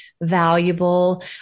valuable